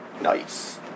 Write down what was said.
Nice